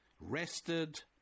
rested